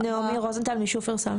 נעמי רוזנטל, משופרסל.